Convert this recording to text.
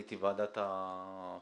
הייתי בוועדת הכנסת